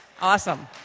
Awesome